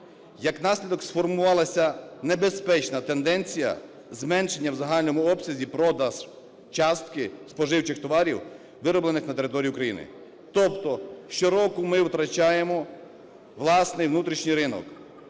Як наслідок, сформувалася небезпечна тенденція зменшення в загальному обсязі продаж частки споживчих товарів, вироблених на території України. Тобто щороку ми втрачаємо власний внутрішній ринок,